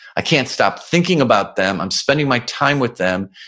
i can't stop thinking about them, i'm spending my time with them,